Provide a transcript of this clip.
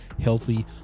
healthy